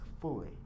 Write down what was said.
fully